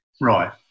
Right